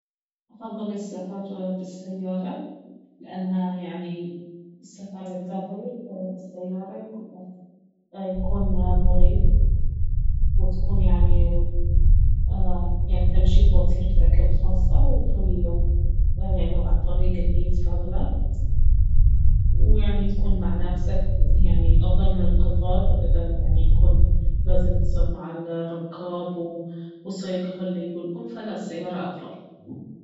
افضل السفر بالسيارة لانها يعني السفر البري بالسيارة يكون مريح وتكون يعني تمشي بوتيرتك الخاصة وعلى الطريق الي تفضله ويعني تكون مع نفسك افضل من القطار اذا يكون لازم تسافر مع الركاب والسياق هو الي يقولكم فلا السيارة افضل